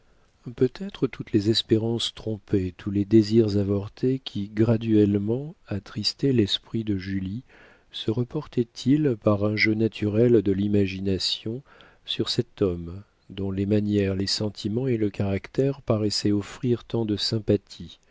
peut-être toutes les espérances trompées tous les désirs avortés qui graduellement attristaient l'esprit de julie se reportaient ils par un jeu naturel de l'imagination sur cet homme dont les manières les sentiments et le caractère paraissaient offrir tant de sympathies